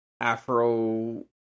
Afro